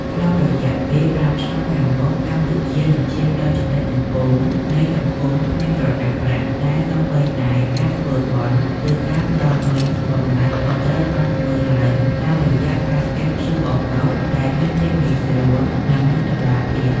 ក្នុងរយៈពេល ៥ ឆ្នាំខាងមុខ កម្ពុជានឹងឈានដល់ចំណុចកំពូលនៃ "សង្គមគ្មានក្រដាសប្រាក់" ដែលសូម្បីតែការធ្វើបុណ្យ ឬការផ្ដល់លុយបំណាច់ក៏ត្រូវបានធ្វើឡើងតាមរយៈការស្កែន QR កូដ ដែលមានភាពងាយស្រួល និងមានតម្លាភាព។